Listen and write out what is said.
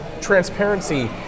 transparency